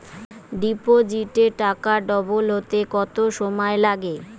ডিপোজিটে টাকা ডবল হতে কত সময় লাগে?